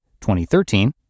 2013